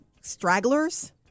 stragglers